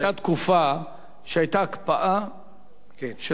היתה תקופה שהיתה הקפאה של